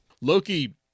Loki